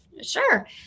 Sure